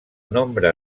nombre